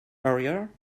earlier